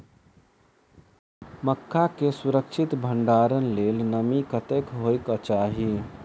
मक्का केँ सुरक्षित भण्डारण लेल नमी कतेक होइ कऽ चाहि?